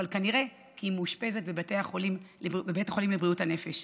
אבל כנראה כי היא מאושפזת בבית חולים לבריאות הנפש.